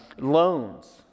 loans